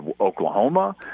Oklahoma